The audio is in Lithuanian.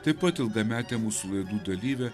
taip pat ilgametė mūsų laidų dalyvė